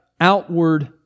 outward